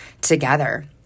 together